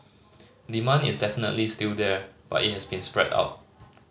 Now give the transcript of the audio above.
demand is definitely still there but it has been spread out